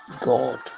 god